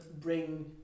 bring